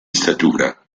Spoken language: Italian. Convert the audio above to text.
statura